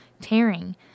tearing